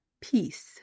peace